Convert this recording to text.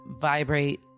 vibrate